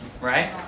Right